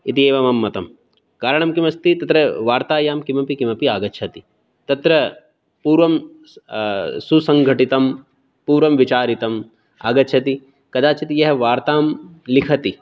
इति एव मम मतं कारणं किमस्ति तत्र वार्तायां किमपि किमपि आगच्छति तत्र पूर्वं सुसङ्गठितं पूर्वं विचारितम् आगच्छति कदाचित् यः वार्तां लिखति